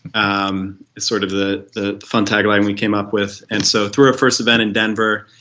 um sort of the the fun tagline we came up with. and so threw our first event in denver,